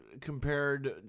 compared